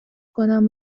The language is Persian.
کنم